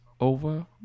over